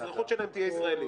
האזרחות שלהם תהיה ישראלית?